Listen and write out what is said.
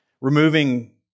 Removing